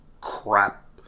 Crap